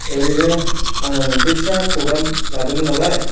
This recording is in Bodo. ओरैनो आंनाव मोनसे फिसा प्रग्राम लादोंमोन नालाय